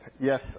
Yes